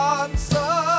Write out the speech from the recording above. answer